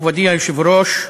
מכובדי היושב-ראש,